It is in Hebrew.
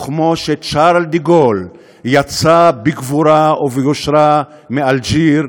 וכמו ששארל דה-גול יצא בגבורה וביושרה מאלג'יר,